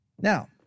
Now